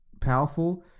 powerful